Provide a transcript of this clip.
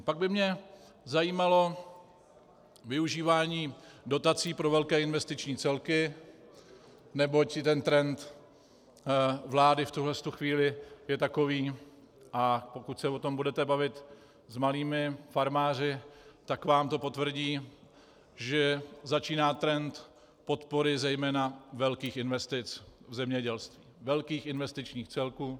Pak by mě zajímalo využívání dodací pro velké investiční celky, neboť i ten trend vlády v tuto chvíli je takový, a pokud se o tom budete bavit s malými farmáři, tak vám to potvrdí, že začíná trend podpory zejména velkých investic v zemědělství, velkých investičních celků.